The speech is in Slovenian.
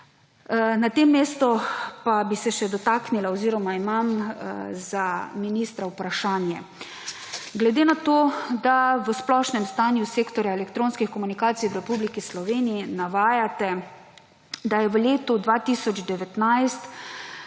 Na tem mestu pa bi se še dotaknila oziroma imam za ministra vprašanje. Glede na to, da v splošnem stanju Sektorja za elektronske komunikacije v Republiki Sloveniji navajate, da je v letu 2019